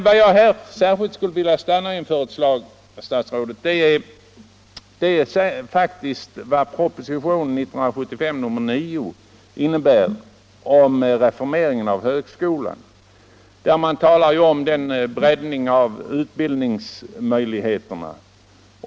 Vad jag här särskilt skulle vilja beröra är innebörden i proposition nr 1975:9 om reformering av högskolan. Det talas där om en breddning av utbildningsmöjligheterna.